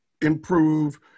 improve